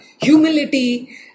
humility